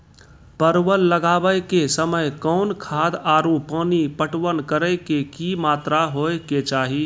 परवल लगाबै के समय कौन खाद आरु पानी पटवन करै के कि मात्रा होय केचाही?